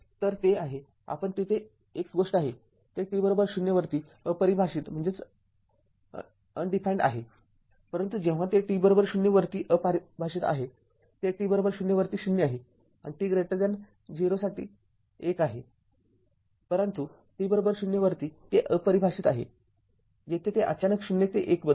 तरते आहेपण तेथे एक गोष्ट आहे ते t० वरती अपरिभाषित आहे परंतु जेव्हा ते t० वरती अपरिभाषित आहे ते t0 वरती ० आहे आणि t 0 वरती १ आहे परंतु t ० वरती ते अपरिभाषित आहे जेथे ते अचानक ० ते १ बदलते